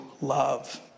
love